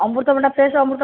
ଅମୃତଭଣ୍ଡା ଫ୍ରେଶ୍ ଅମୃତଭଣ୍ଡା